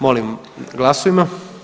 Molim glasujmo.